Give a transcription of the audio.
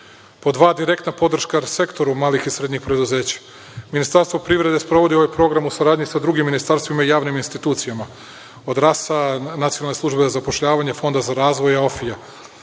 Pod dva, direktna podrška Sektoru malih i srednjih preduzeća. Ministarstvo privrede sprovodi ovaj program u saradnji sa drugim ministarstvima i javnim institucijama od RAS-a Nacionalne službe za